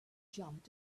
jump